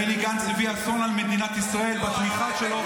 בני גנץ הביא אסון על מדינת ישראל בתמיכה שלו,